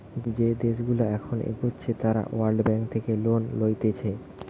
যে দেশগুলা এখন এগোচ্ছে তারা ওয়ার্ল্ড ব্যাঙ্ক থেকে লোন লইতেছে